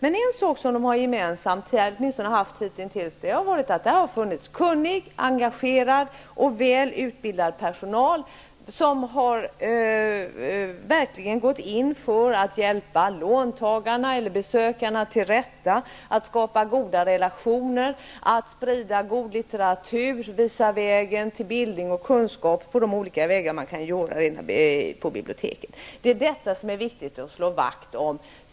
En sak som de emellertid har gemensamt -- åtminstone hitintills -- är att det har kunnig, engagerad och väl utbildad personal som verkligen går in för att hjälpa låntagarna och besökarna till rätta, som försöker skapa goda relationer och sprida god litteratur genom att visa vägen till bildning och kunskap på de olika sätt som bjuds på bibliotek. Detta är det viktigt att slå vakt om.